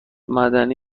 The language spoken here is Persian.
معمولی